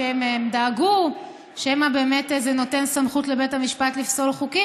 הם דאגו שמא באמת זה נותן סמכות לבית המשפט לפסול חוקים,